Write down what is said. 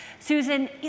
Susan